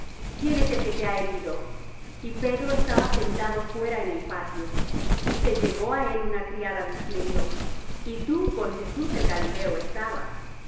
quién es el que te ha herido y pedro estaba sentado fuera en el patio y se llegó á él una criada diciendo y tú con jesús el galileo estabas